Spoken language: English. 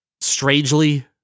strangely